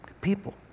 People